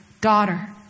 Daughter